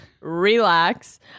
Relax